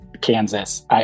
Kansas